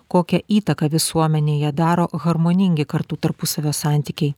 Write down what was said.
kokią įtaką visuomenėje daro harmoningi kartų tarpusavio santykiai